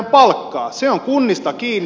se on kunnista kiinni